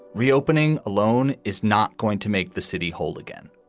reopening alone is not going to make the city hold again